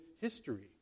history